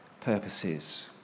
purposes